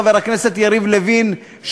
חבר הכנסת יריב לוין,